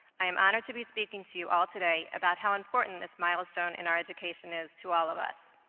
i am honored to be speaking to you all today about how important this milestone in our education is to all of us.